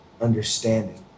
understanding